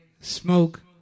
Smoke